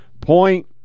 point